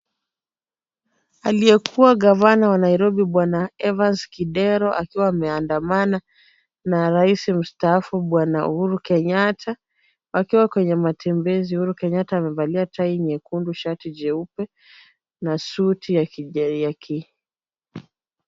Aliyekuwa gavana wa Nairobi bwana Evans Kidero akiwa ameandamana na Rais Mustafa bwana Uhuru Kenyatta, wakiwa kwenye matembezi. Uhuru Kenyatta amevalia tai nyekundu shati jeupe, na suti ya ki.